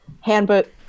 handbook